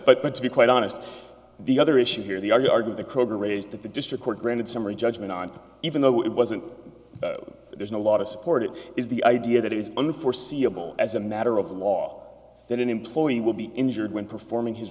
but but to be quite honest the other issue here the argue argue the kroger raised that the district court granted summary judgment on even though it wasn't there's a lot of support it is the idea that it is unforeseeable as a matter of law that an employee will be injured when performing his